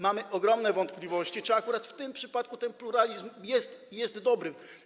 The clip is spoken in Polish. Mamy ogromne wątpliwości, czy akurat w tym przypadku ten pluralizm jest dobry.